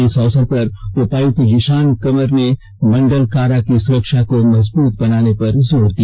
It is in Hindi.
इस अवसर उपायुक्त जिषान कमर ने मंडल कारा की सुरक्षा को मजबूत बनाने पर जोर दिया